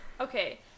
Okay